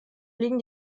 liegen